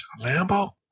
Lambo